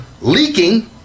Leaking